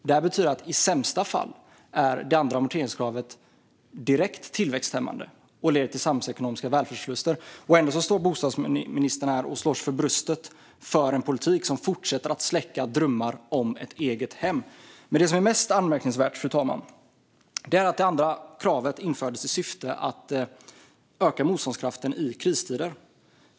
Detta betyder att det andra amorteringskravet i sämsta fall är direkt tillväxthämmande och leder till samhällsekonomiska välfärdsförluster. Ändå står bostadsministern här och slår sig för bröstet för en politik som fortsätter att släcka drömmar om ett eget hem. Men det som är mest anmärkningsvärt, fru talman, är att det andra kravet infördes i syfte att öka motståndskraften i kristider.